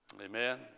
Amen